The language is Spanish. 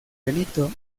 benito